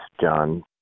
john